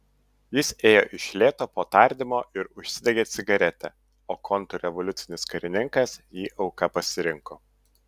jis ėjo iš lėto po tardymo ir užsidegė cigaretę o kontrrevoliucinis karininkas jį auka pasirinko